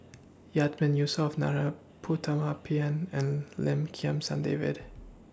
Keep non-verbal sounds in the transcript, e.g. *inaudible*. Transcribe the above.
*noise* Yatiman Yusof *unintelligible* Putumaippittan and Lim Kim San David